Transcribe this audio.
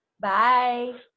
bye